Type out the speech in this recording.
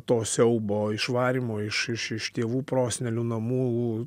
to siaubo išvarymo iš iš iš tėvų prosenelių namų